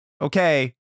Okay